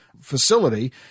facility